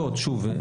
שוב,